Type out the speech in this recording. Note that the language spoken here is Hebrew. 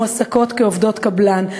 מועסקות כעובדות קבלן.